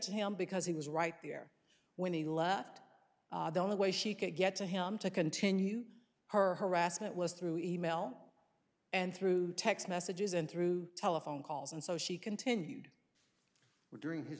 to him because he was right there when he left the only way she could get to him to continue her harassment was through e mail and through text messages and through telephone calls and so she continued were during his